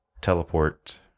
teleport